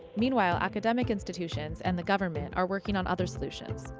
meanwhile, academic institutions and the government are working on other solutions.